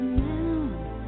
now